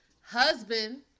Husband